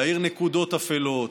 להאיר נקודות אפלות,